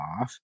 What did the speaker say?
off